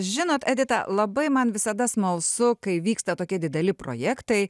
žinot edita labai man visada smalsu kai vyksta tokie dideli projektai